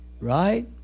Right